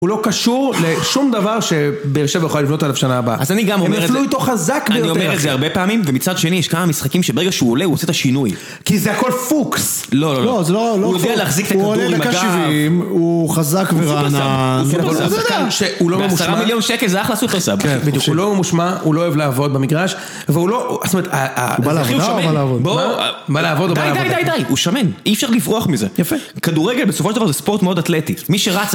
הוא לא קשור לשום דבר שבאר שבע יכולה לבנות עליו שנה הבאה. אז אני גם אומר את זה. הם נפלו איתו חזק ביותר. אני אומר את זה הרבה פעמים, ומצד שני יש כמה משחקים שברגע שהוא עולה הוא עושה את השינוי. כי זה הכל פוקס. לא, לא, לא. לא, זה לא, לא נכון... הוא יודע להחזיק את הכדור עם הגב. הוא עולה דקה שבעים, הוא חזק ורענן. אתה יודע. בעשרה מיליון שקל זה אחלה לעשות את הסאב, חילוף. כן, בדיוק. הוא לא ממושמע, הוא לא אוהב לעבוד במגרש. והוא לא... זאת אומרת, הוא בא לעבודה או הוא בא לעבודה? הוא בא לעבודה או הוא בא לעבודה? די, די, די, די, הוא שמן. אי אפשר לברוח מזה. יפה. כדורגל בסופו של דבר זה ספורט מאוד אתלטי. מי שרץ...